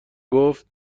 گفت